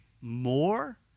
more